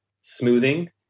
smoothing